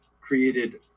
created